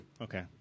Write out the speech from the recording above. Okay